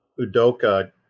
Udoka